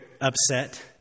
upset